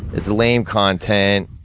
it's lame content,